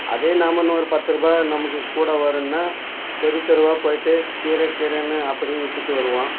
அதே நாம் இன்னும் ஒரு பத்து ரூபாய் நமக்கு கூட வரும்னா தெரு தெருவாக போய்விட்டு கீரை கீரைன்னு அப்படியும் விற்றுட்டு வருவோம்